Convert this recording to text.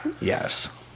Yes